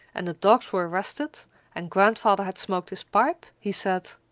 and the dogs were rested and grandfather had smoked his pipe he said,